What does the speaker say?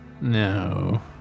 No